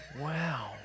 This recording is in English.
Wow